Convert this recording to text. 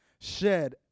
shed